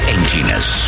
Emptiness